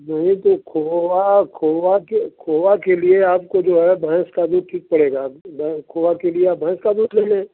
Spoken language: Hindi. नहीं तो खोआ खोआ के खोआ के लिए आपको जो है भैंस का दूध ठीक पड़ेगा खोआ के लिए आप भैंस का दूध ले लें